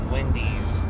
Wendy's